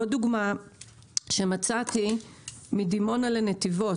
עוד דוגמה שמצאתי, מדימונה לנתיבות.